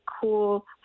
cool